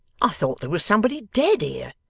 i thought there was somebody dead here